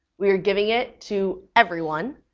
we are giving it to everyone,